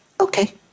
okay